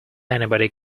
anybody